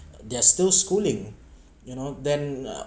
they're still schooling you know then uh